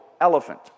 elephant